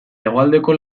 hegoaldeko